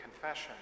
confession